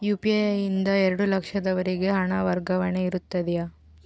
UPI ನಿಂದ ಎರಡು ಲಕ್ಷದವರೆಗೂ ಹಣ ವರ್ಗಾವಣೆ ಇರುತ್ತದೆಯೇ?